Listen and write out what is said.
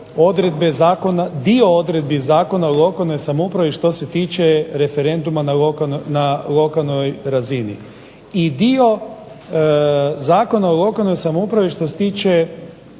dio odredbi Zakona o lokalnoj samoupravi što se tiče referenduma na lokalnoj razini. I dio Zakona o lokalnoj samoupravi što se tiče